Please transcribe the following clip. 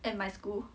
at my school